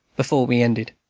before we ended.